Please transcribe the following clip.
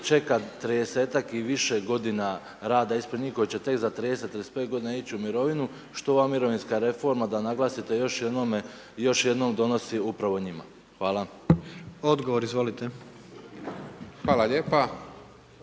čeka 30-tak i više g. rada ispred njih, koji će tek za 30, 35 g. ići u mirovinu, što ova mirovinska reforma, da naglasite još jednom donosi upravo njima. Hvala. **Jandroković, Gordan